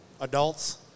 adults